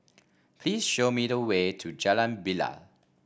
please show me the way to Jalan Bilal